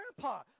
grandpa